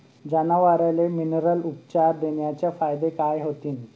जनावराले मिनरल उपचार देण्याचे फायदे काय होतीन?